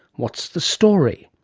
what's the story?